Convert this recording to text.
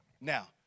Now